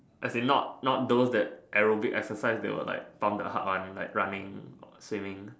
as in not not those that aerobic exercises that will like pump the heart one like running swimming